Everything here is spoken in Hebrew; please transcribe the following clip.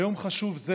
ביום חשוב זה,